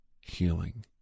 healing